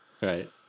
right